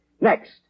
Next